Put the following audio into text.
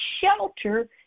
shelter